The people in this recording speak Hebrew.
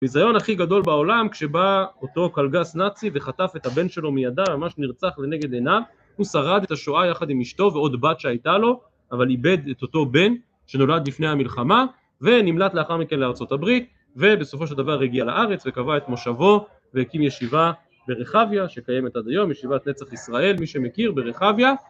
ביזיון הכי גדול בעולם, כשבא אותו קלגס נאצי וחטף את הבן שלו מידה, ממש נרצח לנגד עינה, הוא שרד את השואה יחד עם אשתו, ועוד בת שהייתה לו, אבל איבד את אותו בן שנולד לפני המלחמה, ונמלט לאחר מכן לארה״ב, ובסופו של דבר הגיע לארץ וקבע את מושבו, והקים ישיבה ברחביה שקיימת עד היום, ישיבת נצח ישראל, מי שמכיר ברחביה.